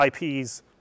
IPs